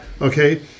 Okay